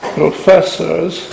professors